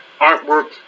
artwork